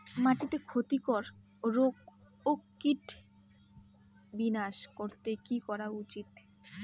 মাটিতে ক্ষতি কর রোগ ও কীট বিনাশ করতে কি করা উচিৎ?